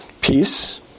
peace